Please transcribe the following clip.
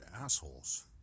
assholes